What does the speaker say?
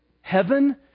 heaven